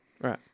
Right